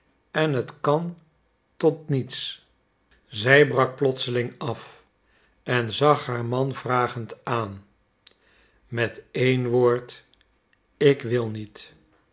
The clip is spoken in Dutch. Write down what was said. en het kan tot niets zij brak plotseling af en zag haar man vragend aan met één woord ik wil niet